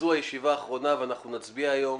זו הישיבה האחרונה על הצעת החוק ונצביע היום.